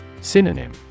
Synonym